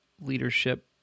leadership